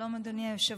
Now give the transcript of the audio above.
שלום, אדוני היושב-ראש.